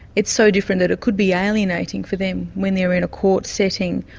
it's so different that it could be alienating for them when they're in a court setting.